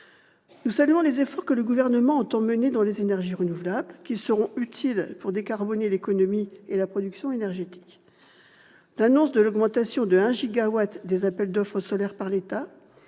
Nous saluons les efforts que le Gouvernement entend mener dans les énergies renouvelables, qui seront utiles pour décarboner l'économie et la production énergétique. L'annonce de l'augmentation de 1 gigawatt des appels d'offres solaires par l'État